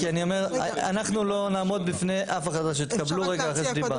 אנחנו לא נעמוד בפני אף החלטה שתקבלו אחרי שקיבלנו.